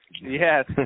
Yes